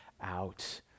out